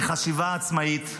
מחשיבה עצמאית.